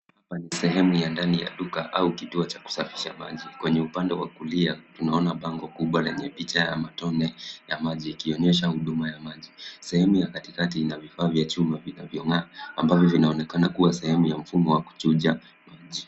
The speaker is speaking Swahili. Hapa ni sehemu ya ndani ya duka au kituo cha kusafisha maji. Kwenye upande wa kulia, tunaona bango kubwa lenye picha ya matone ya maji yakionyesha huduma ya maji. Sehemu ya katikati ina vifaa vya chuma vinavyong'aa ambavyo vinaonekana kuwa sehemu ya mfumo wa kuchuja maji.